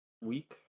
week